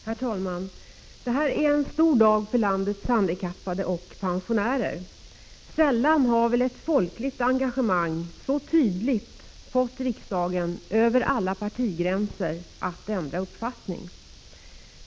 Herr talman! Detta är en stor dag för landets handikappade och pensionärer. Sällan har väl ett folkligt engagemang så tydligt f ått riksdagen — över alla partigränser — att ändra uppfattning.